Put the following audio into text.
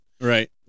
right